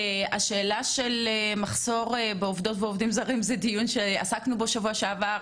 עסקנו בשאלה של מחסור בעובדות ועובדים זרים בדיון בשבוע שעבר,